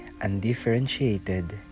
undifferentiated